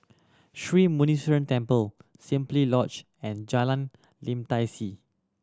Sri Muneeswaran Temple Simply Lodge and Jalan Lim Tai See